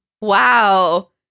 Wow